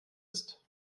ist